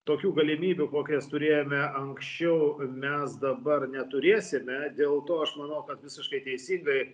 tokių galimybių kokias turėjome anksčiau mes dabar neturėsime dėl to aš manau kad visiškai teisingai